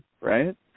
right